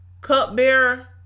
cupbearer